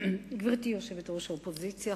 גברתי יושבת-ראש האופוזיציה,